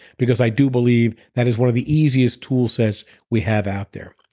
because i do believe that is one of the easiest tool sets we have out there.